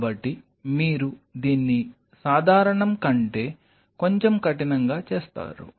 కాబట్టి మీరు దీన్ని సాధారణం కంటే కొంచెం కఠినంగా చేస్తారు